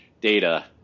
data